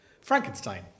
Frankenstein